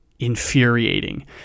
infuriating